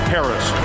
Harris